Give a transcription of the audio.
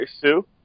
Sue